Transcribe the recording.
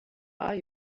are